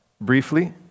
briefly